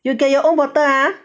you get your own bottle ah